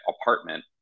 apartment